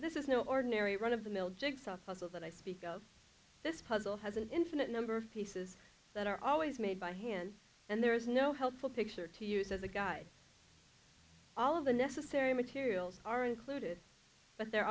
this is no ordinary run of the mill jigsaw puzzle that i speak of this puzzle has an infinite number of pieces that are always made by hand and there is no helpful picture to use as a guide all of the necessary materials are included but there